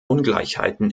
ungleichheiten